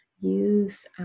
use